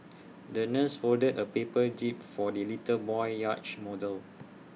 the nurse folded A paper jib for the little boy's yacht model